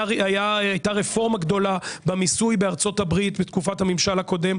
הייתה רפורמה גדולה במיסוי בארצות הברית בתקופת הממשל הקודם,